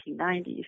1990s